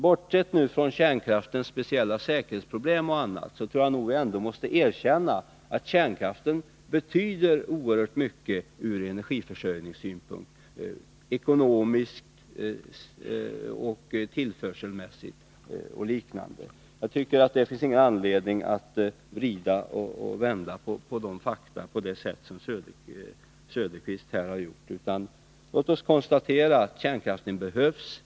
Bortsett från kärnkraftens speciella säkerhetsproblem m.m. måste vi ändå erkänna att kärnkraften betyder oerhört mycket ur energiförsörjningssynpunkt — ekonomiskt, tillförselmässigt osv. Det finns ingen anledning att vrida och vända på dessa fakta på det sätt som Oswald Söderqvist här har gjort. Låt oss konstatera att kärnkraften behövs.